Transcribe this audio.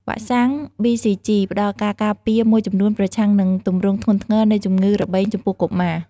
វ៉ាក់សាំង BCG ផ្តល់ការការពារមួយចំនួនប្រឆាំងនឹងទម្រង់ធ្ងន់ធ្ងរនៃជំងឺរបេងចំពោះកុមារ។